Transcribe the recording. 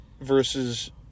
versus